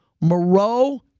Moreau